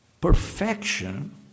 perfection